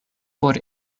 por